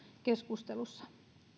keskustelussa